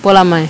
போலாமே:polaamae